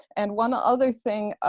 and one ah other thing